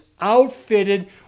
outfitted